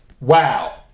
Wow